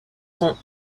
sont